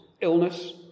Illness